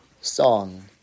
song